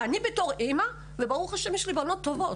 בתור אימא ברוך השם, יש לי בנות טובות